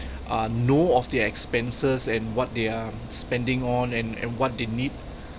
uh know of their expenses and what they are spending on and and what they need